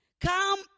Come